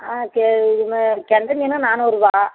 ஆ சரி இது மே கெண்டை மீன் நானூறுபாய்